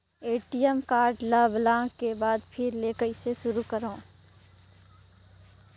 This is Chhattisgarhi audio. ए.टी.एम कारड ल ब्लाक के बाद फिर ले कइसे शुरू करव?